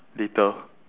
later